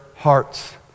hearts